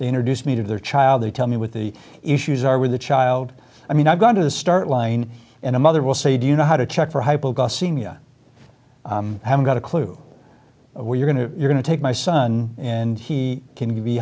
they introduce me to their child they tell me what the issues are with a child i mean i've gone to the start line and a mother will say do you know how to check for hypoglycemia i haven't got a clue where you're going to you're going to take my son and he can be